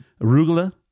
Arugula